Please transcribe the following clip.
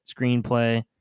Screenplay